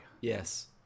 Yes